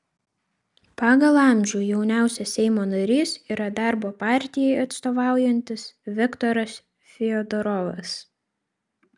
pagal amžių jauniausias seimo narys yra darbo partijai atstovaujantis viktoras fiodorovas